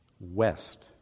west